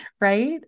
right